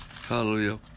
Hallelujah